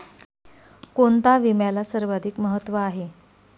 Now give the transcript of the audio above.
कोणता विम्याला सर्वाधिक महत्व आहे?